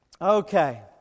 Okay